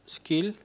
skill